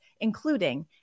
including